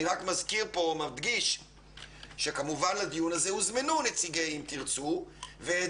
אני רק מזכיר ומדגיש שנציגי "אם תרצו" הוזמנו לדיון הזה,